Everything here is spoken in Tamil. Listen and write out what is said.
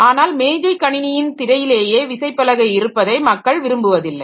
ஆனால் மேஜை கணினியின் திரையிலேயே விசைப்பலகை இருப்பதை மக்கள் விரும்புவதில்லை